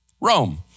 Rome